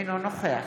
אינו נוכח